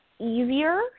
easier